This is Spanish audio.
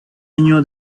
año